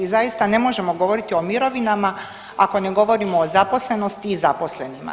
Zaista ne možemo govoriti o mirovinama ako ne govorimo o zaposlenosti i zaposlenima.